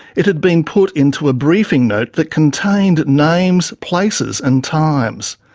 it had been put into a briefing note that contained names, places and times.